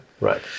Right